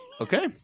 Okay